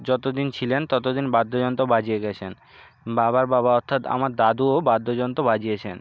যত দিন ছিলেন তত দিন বাদ্যযন্ত্র বাজিয়ে গেছেন বাবার বাবা অর্থাৎ আমার দাদুও বাদ্যযন্ত্র বাজিয়েছেন